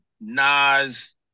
Nas